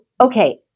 okay